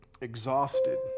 exhausted